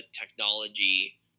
technology